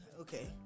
Okay